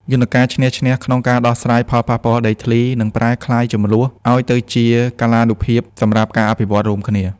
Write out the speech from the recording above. យន្តការ "ឈ្នះ-ឈ្នះ" ក្នុងការដោះស្រាយផលប៉ះពាល់ដីធ្លី នឹងប្រែក្លាយជម្លោះឱ្យទៅជាកាលានុវត្តភាពសម្រាប់ការអភិវឌ្ឍរួមគ្នា។